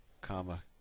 comma